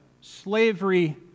slavery